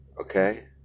Okay